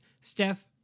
Steph